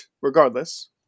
regardless